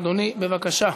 אדוני, בבקשה.